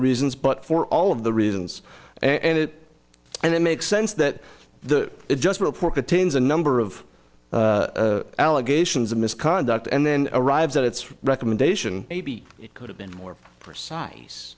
reasons but for all of the reasons and it and it makes sense that the it just report contains a number of allegations of misconduct and then arrives at its recommendation maybe it could have been more precise